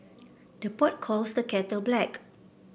the pot calls the kettle black